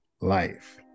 life